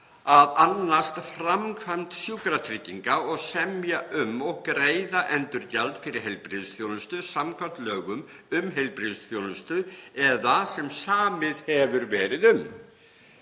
að annast framkvæmd sjúkratrygginga og semja um og greiða endurgjald fyrir heilbrigðisþjónustu samkvæmt lögum um heilbrigðisþjónustu eða sem samið hefur verið um.